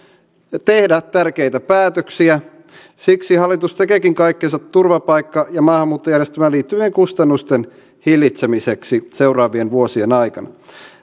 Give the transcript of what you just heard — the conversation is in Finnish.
tehdä tärkeitä päätöksiä siksi hallitus tekeekin kaikkensa turvapaikka ja maahanmuuttojärjestelmään liittyvien kustannusten hillitsemiseksi seuraavien vuosien aikana